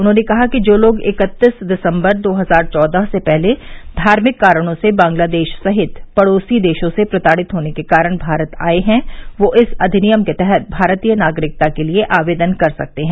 उन्होंने कहा कि जो लोग इक्कतीस दिसम्बर दो हजार चौदह से पहले धार्मिक कारणों से बंगलादेश सहित पड़ोसी देशों से प्रताड़ित होने के कारण भारत आये हैं वे इस अधिनियम के तहत भारतीय नागरिकता के लिए आवेदन कर सकते हैं